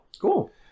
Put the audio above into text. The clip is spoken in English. Cool